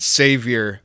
savior